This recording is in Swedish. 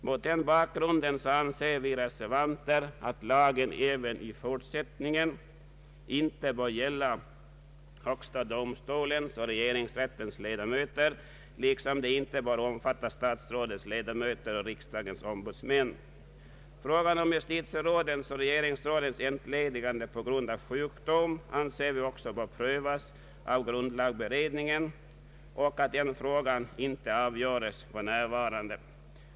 Mot denna bakgrund anser vi reservanter att lagen även i fortsättningen inte bör gälla högsta domstolens och regeringsrättens ledamöter liksom den inte bör omfatta statsrådets ledamöter och riksdagens ombudsmän. Frågan om justitierådens och regeringsrådens entledigande på grund av sjukdom bör enligt vår uppfattning också prövas av grundlagberedningen. Vi anser att den frågan inte bör avgöras för närvarande.